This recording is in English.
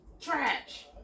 trash